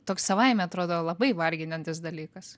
toks savaime atrodo labai varginantis dalykas